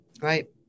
Right